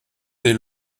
des